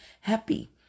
happy